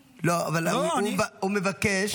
--- לא, אבל הוא מבקש.